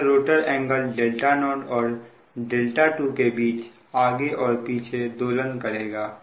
यह rotor angle δ0 और δ2 के बीच आगे और पीछे दोलन करेगा